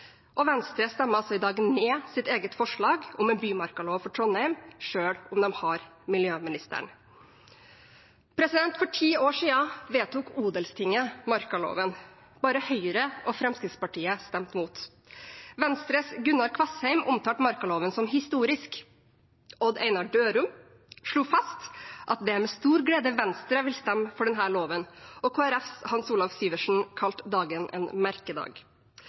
Og Venstre stemmer altså i dag ned sitt eget forslag om en bymarkalov for Trondheim, selv om de har miljøministeren. For ti år siden vedtok Odelstinget markaloven. Bare Høyre og Fremskrittspartiet stemte mot. Venstres Gunnar Kvassheim omtalte markaloven som «historisk», Odd Einar Dørum slo fast at «det er med stor glede at Venstre vil stemme for denne loven», og Kristelig Folkepartis Hans Olav Syversen kalte dagen «en merkedag».